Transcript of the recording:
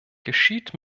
geschieht